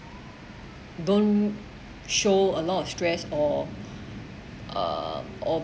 don't show a lot of stress or uh or